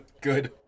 Good